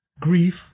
grief